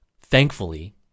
thankfully